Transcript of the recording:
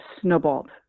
snowballed